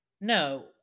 No